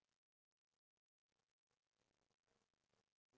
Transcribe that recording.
then at nine then I have to go up